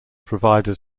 provide